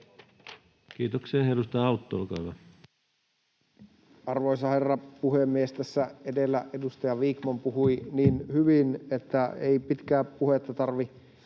Time: 17:26 Content: Arvoisa herra puhemies! Tässä edellä edustaja Vikman puhui niin hyvin, että ei pitkää puhetta tarvitse